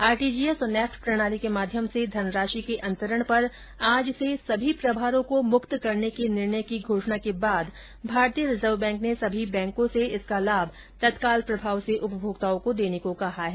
RTGS और NEFT प्रणाली के माध्यम से धनराशि के अंतरण पर आज से सभी प्रभारों को मुक्त करने के निर्णय की घोषणा के बाद भारतीय रिजर्व बैंक ने सभी बैंको से इसका लाभ तत्काल प्रभाव से उपभोक्ताओं को देने को कहा है